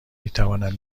میتوانند